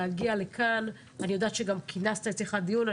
להגיע לכאן ואני יודעת שכינסת אצלך דיון,